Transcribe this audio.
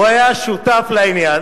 הוא היה שותף לעניין